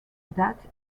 that